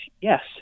Yes